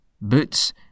Boots